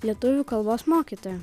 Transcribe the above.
lietuvių kalbos mokytoja